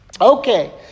okay